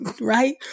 right